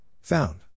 found